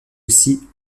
aussi